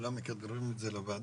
כולם מכדררים את זה לוועדה.